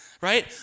right